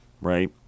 right